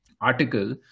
article